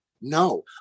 No